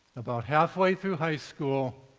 about half way through high school,